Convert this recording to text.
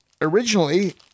originally